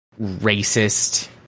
racist